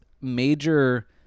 major